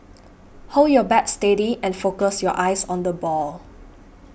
hold your bat steady and focus your eyes on the ball